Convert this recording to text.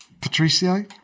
Patricio